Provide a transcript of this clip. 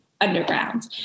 Underground